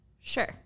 Sure